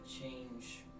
change